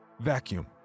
vacuum